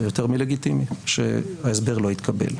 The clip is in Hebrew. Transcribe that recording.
זה יותר מלגיטימי שההסבר לא יתקבל.